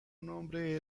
nombre